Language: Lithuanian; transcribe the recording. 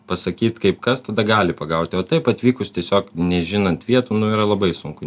pasakyt kaip kas tada gali pagauti o taip atvykus tiesiog nežinant vietų yra labai sunku